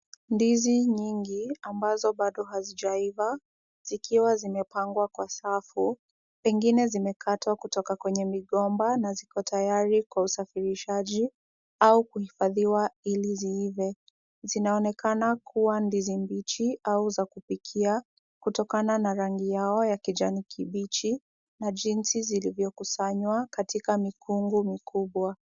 Ndizi nyingi ambazo bado hazijaiva, zikiwa zimepangwa kwa safu. Pengine zimekatwa kutoka kwenye migomba na ziko tayari kwa usafirishaji, au kuhifadhiwa ili ziive. Zinaonekana kuwa ndizi mbichi au za kupikia kutokana na rangi yao ya kijani kibichi na jinsi zilivyokusanywa katika mikungu mikubwa.